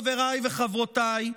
חבריי וחברותיי,